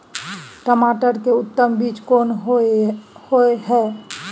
टमाटर के उत्तम बीज कोन होय है?